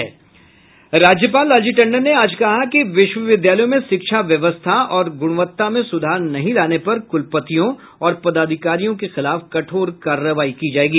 राज्यपाल लालजी टंडन ने आज कहा कि विश्वविद्यालयों में शिक्षा व्यवस्था और गुणवत्ता में सुधार नहीं लाने पर कुलपतियों और पदाधिकारियों के खिलाफ कठोर कार्रवाई की जायेगी